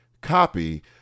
copy